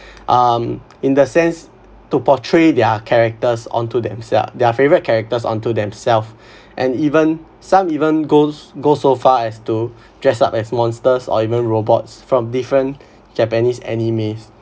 um in the sense to portray their characters onto themselves their favourite characters onto themselves and even some even goes go so far as to dress up as monsters or even robots from different japanese animes